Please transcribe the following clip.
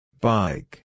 Bike